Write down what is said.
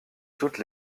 toutes